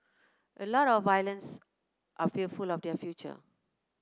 a lot of violence are fearful of their future